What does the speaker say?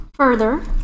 Further